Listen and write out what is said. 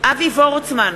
אבי וורצמן,